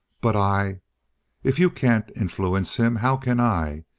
but i if you can't influence him, how can i?